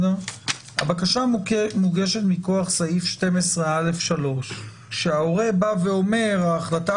הבקשה מוגשת מכוח סעיף 12(א)(3) שההורה בא ואמור: ההחלטה